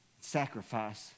sacrifice